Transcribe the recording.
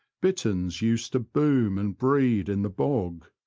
bitterns used to boom and breed in the bog,